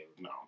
No